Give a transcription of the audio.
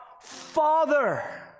Father